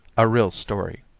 a real story.